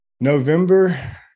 November